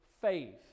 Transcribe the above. faith